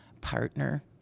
partner